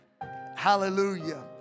Hallelujah